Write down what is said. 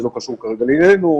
זה לא קשור כרגע לענייננו,